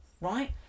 right